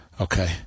Okay